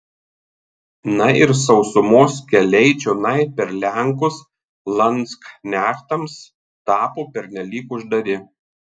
na ir sausumos keliai čionai per lenkus landsknechtams tapo pernelyg uždari